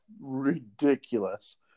ridiculous